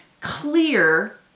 clear